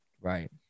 Right